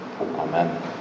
Amen